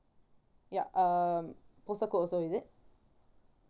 ya um postal code also is it